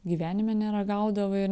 gyvenime neragaudavai ir